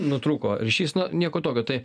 nutrūko ryšys na nieko tokio tai